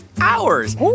hours